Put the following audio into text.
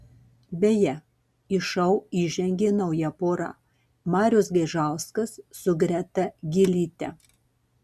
beje į šou įžengė nauja pora marius gaižauskas su greta gylyte